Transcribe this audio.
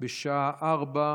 בשעה 16:00.